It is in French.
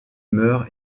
meurt